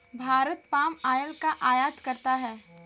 Bharat palm oil का आयात करता है